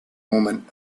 moment